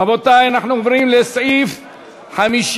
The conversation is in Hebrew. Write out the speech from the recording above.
רבותי, אנחנו עוברים לסעיף 51,